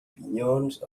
pinyons